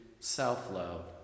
Self-love